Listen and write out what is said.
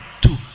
two